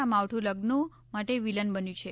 આ માવઠું લઝ્નો માટે વિલન બન્યું છે